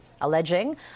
alleging